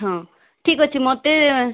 ହଁ ଠିକ୍ ଅଛି ମୋତେ